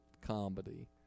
comedy